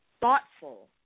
Thoughtful